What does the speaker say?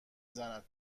زند